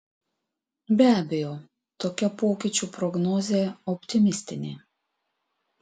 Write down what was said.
be abejo tokia pokyčių prognozė optimistinė